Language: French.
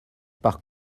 par